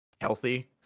healthy